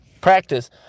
practice